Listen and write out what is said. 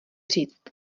říct